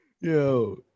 Yo